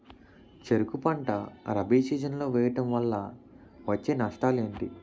చెరుకు పంట రబీ సీజన్ లో వేయటం వల్ల వచ్చే నష్టాలు ఏంటి?